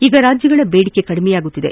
ಈಗ ರಾಜ್ಯಗಳ ಬೇಡಿಕೆ ಕಡಿಮೆಯಾಗುತ್ತಿದೆ